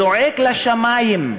זועק לשמים,